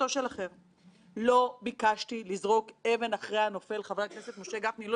מיליארד ש״ח יכול להמשיך להתנהל כרגיל ובעלי העסקים הקטנים ברחוב שלי,